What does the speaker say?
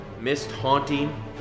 mist-haunting